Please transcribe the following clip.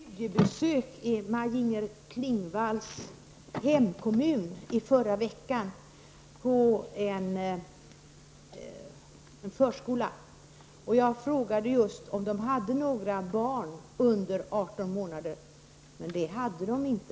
Herr talman! Jag var på studiebesök i Maj-Inger Klingvalls hemkommun förra veckan och besökte då en förskola. Jag frågade just om man hade några barn där under 18 månader, men det hade man inte.